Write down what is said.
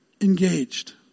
engaged